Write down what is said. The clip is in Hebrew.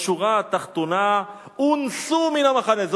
ובשורה התחתונה, הונסו מן המחנה.